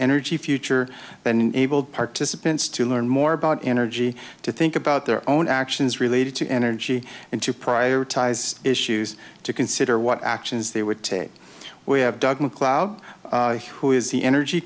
energy future than abled participants to learn more about energy to think about their own actions related to energy and to prioritize issues to consider what actions they would take we have dug macleod who is the energy